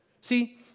See